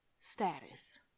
status